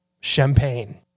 Champagne